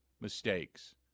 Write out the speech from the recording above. mistakes